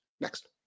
Next